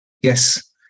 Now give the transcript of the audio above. Yes